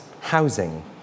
housing